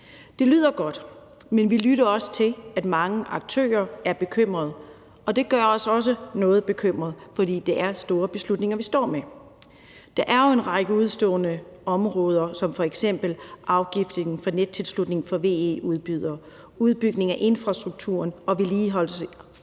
Det lyder godt, men vi lytter også til, at mange aktører er bekymrede, og det gør også os noget bekymrede, for det er store beslutninger, vi står med. Der er jo en række udestående områder, som f.eks. afgiften for nettilslutning for VE-udbydere, udbygning af infrastrukturen og vedligeholdelsesomkostningerne,